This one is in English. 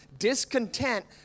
discontent